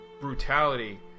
brutality